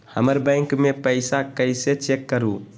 हमर बैंक में पईसा कईसे चेक करु?